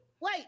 Wait